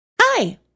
Hi